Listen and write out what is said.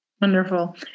Wonderful